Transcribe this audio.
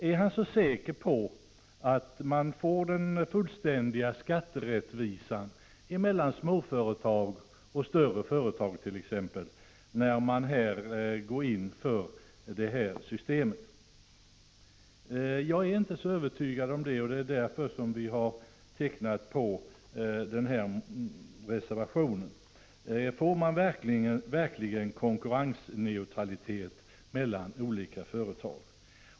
Är Lars Hedfors säker på att det blir en fullständig skatterättvisa mellan t.ex. småföretag och större företag när man går in för det här systemet? Jag är inte så övertygad om det. Det är därför som vi har undertecknat reservationen. Får man verkligen konkurrensneutralitet mellan olika företag?